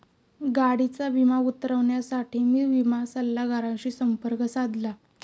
गाडीचा विमा उतरवण्यासाठी मी विमा सल्लागाराशी संपर्क साधला